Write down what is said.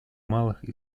малых